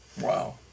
Wow